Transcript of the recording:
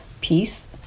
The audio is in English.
peace